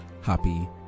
happy